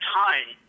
time